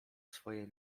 swoje